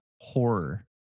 horror